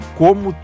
como